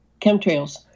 chemtrails